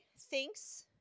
thinks